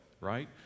right